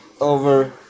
over